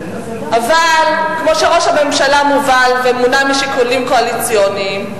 אבל כמו שראש הממשלה מובל ומונע משיקולים קואליציוניים,